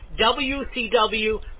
WCW